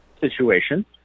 situation